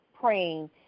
praying